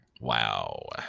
Wow